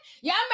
Y'all